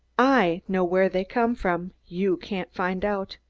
i know where they come from you can't find out.